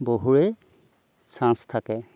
বহুৱেই chance থাকে